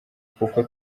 kuko